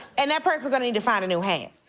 and that person's gonna need to find a new hand.